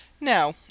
Now